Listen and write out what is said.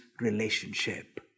relationship